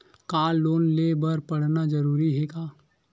का लोन ले बर पढ़ना जरूरी हे का?